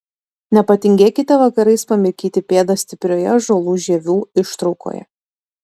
nepatingėkite vakarais pamirkyti pėdas stiprioje ąžuolų žievių ištraukoje